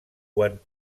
quan